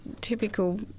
typical